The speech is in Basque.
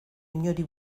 inori